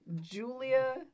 julia